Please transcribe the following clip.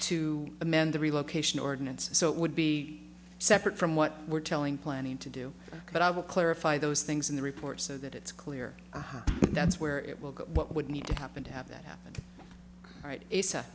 to amend the relocation ordinance so it would be separate from what we're telling planning to do but i will clarify those things in the report so that it's clear that's where it will go what would need to happen to have that right